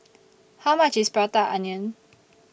How much IS Prata Onion